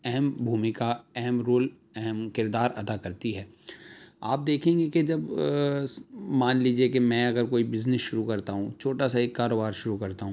اہم بھومکا اہم رول اہم کردار ادا کرتی ہے آپ دیکھیں گے کہ جب مان لیجیے کہ میں اگر کوئی بزنس شروع کرتا ہوں چھوٹا سا ایک کاروبار شروع کرتا ہوں